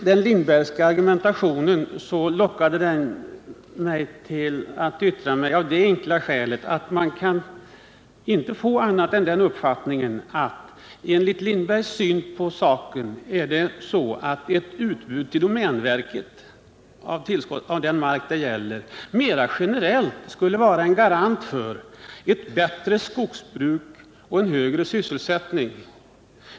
Den Lindbergska argumentationen lockade mig till att yttra mig av det enkla skälet att man av denna argumentation inte kan få en annan uppfattning än att — enligt herr Lindbergs syn på saken — ett utbud till domänverket av den mark det gäller mer generellt skulle vara en garant för ett bättre skogsbruk och en högre sysselsättning.